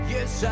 Yes